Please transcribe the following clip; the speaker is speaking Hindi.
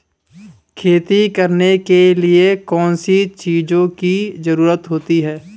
खेती करने के लिए कौनसी चीज़ों की ज़रूरत होती हैं?